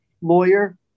lawyer